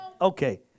Okay